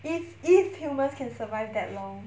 if if humans can survive that long